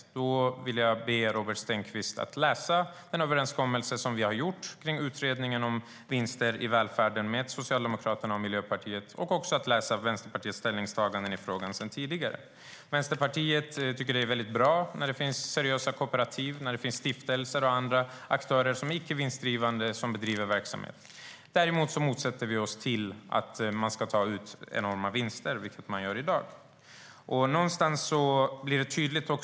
Jag vill be Robert Stenkvist att läsa den överenskommelse som vi har gjort med Socialdemokraterna och Miljöpartiet kring utredningen om vinster i välfärden samt att läsa Vänsterpartiets tidigare ställningstaganden i frågan. Vänsterpartiet tycker att det är bra när seriösa kooperativ, stiftelser och andra icke vinstdrivande aktörer bedriver verksamhet. Däremot motsätter vi oss att man tar ut enorma vinster, vilket man gör i dag.